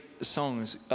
songs